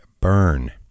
Burn